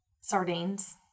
sardines